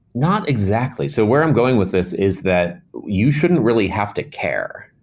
not exactly. so where i'm going with this is that you shouldn't really have to care.